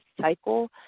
cycle